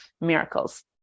miracles